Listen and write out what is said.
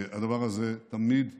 הדבר הזה תמיד נעשה,